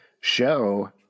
show